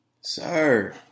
sir